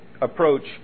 approach